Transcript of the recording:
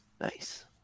nice